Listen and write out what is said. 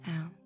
out